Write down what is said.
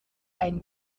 ein